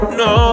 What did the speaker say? no